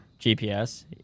GPS